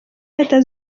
leta